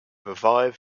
revive